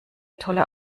tolle